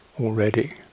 already